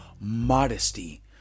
modesty